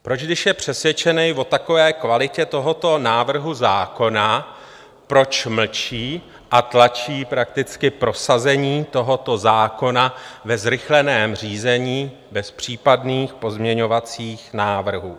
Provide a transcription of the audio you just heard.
Proč, když je přesvědčen o takové kvalitě tohoto návrhu zákona, proč mlčí a tlačí prakticky prosazení tohoto zákona ve zrychleném řízení bez případných pozměňovacích návrhů?